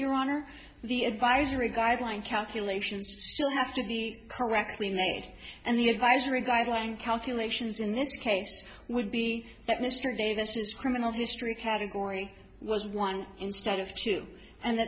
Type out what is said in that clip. your honor the advisory guideline calculations have to be correctly made and the advisory guideline calculations in this case would be that mr davis criminal history category was one instead of two and